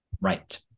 Right